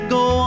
go